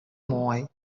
moai